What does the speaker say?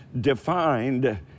defined